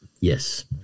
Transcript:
Yes